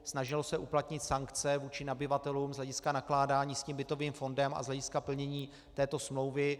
Snažilo se uplatnit sankce vůči nabyvatelům z hlediska nakládání s bytovým fondem a z hlediska plnění této smlouvy.